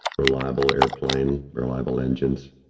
reliable airplane reliable engines.